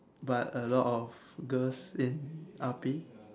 but a lot of girls in R_P